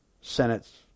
Senate's